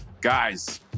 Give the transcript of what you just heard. Guys